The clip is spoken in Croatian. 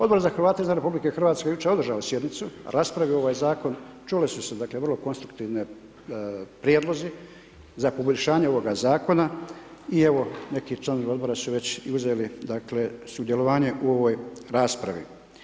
Odbor za Hrvate izvan RH jučer je održao sjednicu, raspravio ovaj zakon, čuli su se dakle vrlo konstruktivni prijedlozi za poboljšanje ovoga zakona i evo neki članovi Odbora su već i uzeli dakle sudjelovanje u ovoj raspravi.